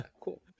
Cool